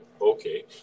okay